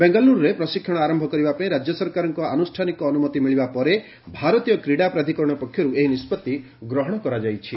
ବେଙ୍ଗାଲ୍ରରେ ପ୍ରଶିକ୍ଷଣ ଆରମ୍ଭ କରିବା ପାଇଁ ରାଜ୍ୟ ସରକାରଙ୍କ ଆନୁଷ୍ଠାନିକ ଅନୁମତି ମିଳିବା ପରେ ଭାରତୀୟ କ୍ରୀଡ଼ା ପ୍ରାଧକରଣ ପକ୍ଷରୁ ଏହି ନିଷ୍ପଭି ନିଆଯାଇଛି